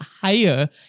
higher